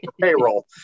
payroll